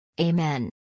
Amen